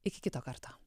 iki kito karto